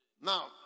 Now